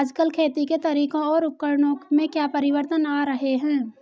आजकल खेती के तरीकों और उपकरणों में क्या परिवर्तन आ रहें हैं?